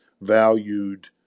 valued